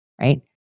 Right